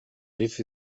riff